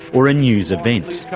or a news event,